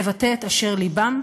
לבטא את אשר על לבם,